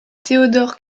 theodor